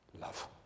love